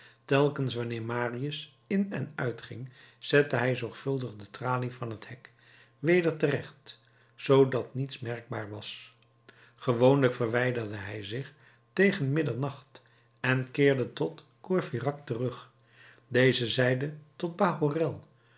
telkens wanneer marius in en uitging zette hij zorgvuldig de tralie van het hek weder terecht zoodat niets merkbaar was gewoonlijk verwijderde hij zich tegen middernacht en keerde tot courfeyrac terug deze zeide tot bahorel